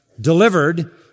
delivered